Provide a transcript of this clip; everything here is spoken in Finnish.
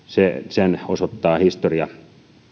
sen osoittaa historia